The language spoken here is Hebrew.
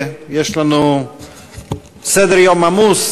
דב חנין ואיתן כבל,